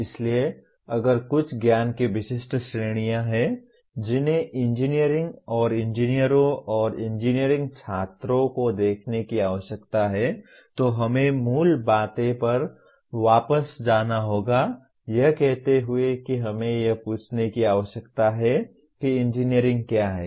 इसलिए अगर कुछ ज्ञान की विशिष्ट श्रेणियां हैं जिन्हें इंजीनियरिंग इंजीनियरों और इंजीनियरिंग छात्रों को देखने की आवश्यकता है तो हमें मूल बातें पर वापस जाना होगा यह कहते हुए कि हमें यह पूछने की आवश्यकता है कि इंजीनियरिंग क्या है